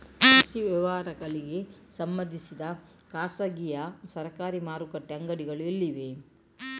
ಕೃಷಿ ವ್ಯವಹಾರಗಳಿಗೆ ಸಂಬಂಧಿಸಿದ ಖಾಸಗಿಯಾ ಸರಕಾರಿ ಮಾರುಕಟ್ಟೆ ಅಂಗಡಿಗಳು ಎಲ್ಲಿವೆ?